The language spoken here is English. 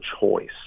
choice